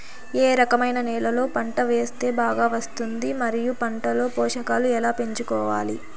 ఏ రకమైన నేలలో పంట వేస్తే బాగా వస్తుంది? మరియు పంట లో పోషకాలు ఎలా పెంచుకోవాలి?